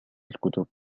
الكتب